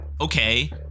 Okay